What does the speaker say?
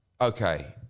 okay